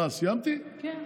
כן,